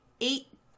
eight